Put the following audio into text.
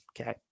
okay